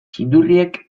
txindurriek